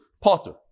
Potter